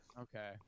Okay